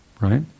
right